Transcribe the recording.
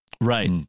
Right